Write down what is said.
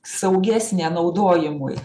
saugesnė naudojimui